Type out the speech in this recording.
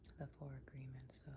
the four agreements.